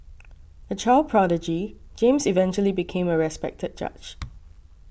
a child prodigy James eventually became a respected judge